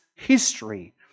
History